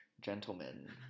gentlemen